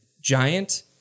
giant